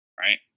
Right